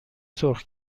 سرخ